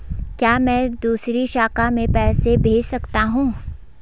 क्या मैं दूसरी शाखा में पैसे भेज सकता हूँ?